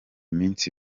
minsi